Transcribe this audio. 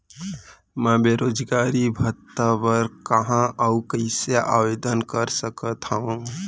मैं बेरोजगारी भत्ता बर कहाँ अऊ कइसे आवेदन कर सकत हओं?